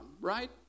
right